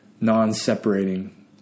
non-separating